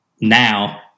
now